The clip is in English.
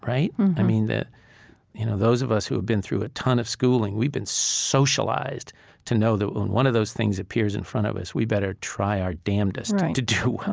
right? i mean you know those of us who have been through a ton of schooling, we've been socialized to know that when one of those things appears in front of us, we better try our damnedest to do well